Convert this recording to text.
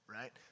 right